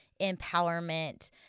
empowerment